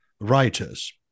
writers